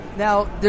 Now